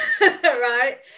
right